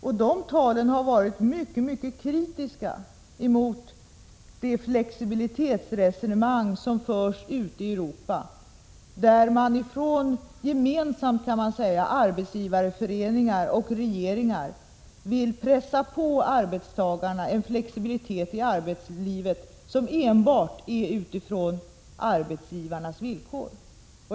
I de talen har jag varit mycket kritisk mot det flexibilitetsresonemang som förs ute i Europa, där arbetsgivareföreningar och regeringar gemensamt vill pressa på arbetstagarna en flexibilitet i arbetslivet som enbart grundar sig på arbetsgivarnas villkor.